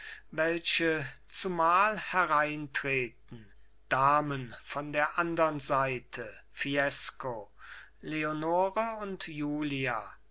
welche zumal hereintreten damen von der andern seite fiesco leonore und julia